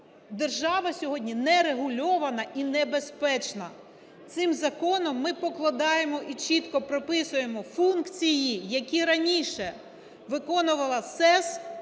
Держава сьогодні нерегульована і небезпечна. Цим законом ми покладаємо і чітко прописуємо функції, які раніше виконувала СЕС.